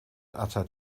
atat